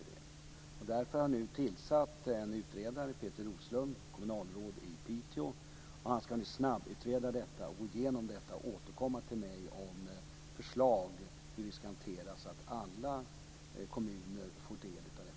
Jag har därför nu tillsatt Peter Roslund, kommunalråd i Piteå, för att snabbutreda detta och återkomma till mig med förslag om hur vi ska gå till väga för att alla kommuner ska få del av denna utbyggnad.